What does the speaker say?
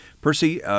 Percy